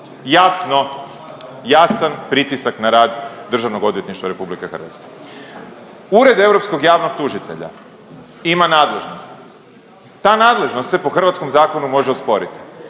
Jasno, jasan pritisak na rad Državnog odvjetništva RH. Ured europskog javnog tužitelja ima nadležnost. Ta nadležnost se po hrvatskom zakonu može osporiti,